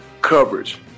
coverage